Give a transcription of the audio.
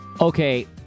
Okay